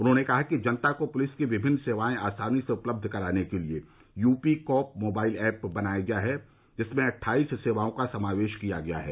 उन्होंने कहा कि जनता को पुलिस की विभिन्न सेवाएं आसानी से उपलब्ध कराने के लिए यूपी कॉप मोबाइल एप बनाया गया है जिसमें अट्ठाईस सेवाओं का समावेश किया गया है